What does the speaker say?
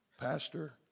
Pastor